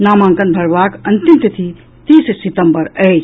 नामांकन भरबाक अंतिम तिथि तीस सितम्बर अछि